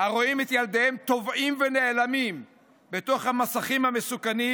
הרואים את ילדיהם טובעים ונעלמים בתוך המסכים המסוכנים,